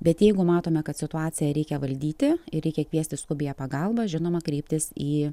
bet jeigu matome kad situaciją reikia valdyti ir reikia kviesti skubiąją pagalbą žinoma kreiptis į